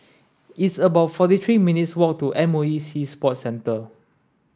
it's about forty three minutes' walk to M O E Sea Sports Centre